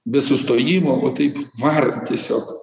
be sustojimo vo taip varant tiesiog